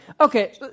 okay